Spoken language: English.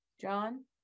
John